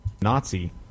Nazi